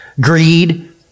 greed